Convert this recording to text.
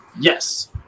Yes